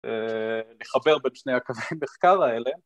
‫לחבר בין שני הקווי מחקר האלה.